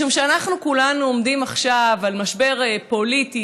משום שאנחנו כולנו עומדים עכשיו על סף משבר פוליטי,